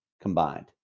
combined